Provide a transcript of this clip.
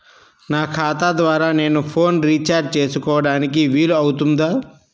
నా ఖాతా ద్వారా నేను ఫోన్ రీఛార్జ్ చేసుకోవడానికి వీలు అవుతుందా?